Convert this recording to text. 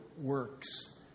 works